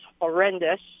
horrendous